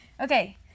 okay